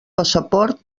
passaport